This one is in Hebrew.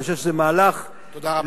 אני חושב שזה מהלך, תודה רבה.